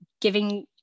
Giving